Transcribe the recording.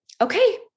okay